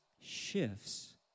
shifts